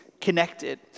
connected